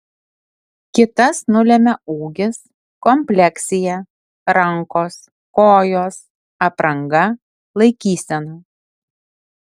kitas nulemia ūgis kompleksija rankos kojos apranga laikysena